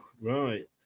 right